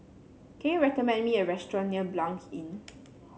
can you recommend me a restaurant near Blanc Inn